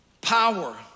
power